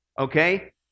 Okay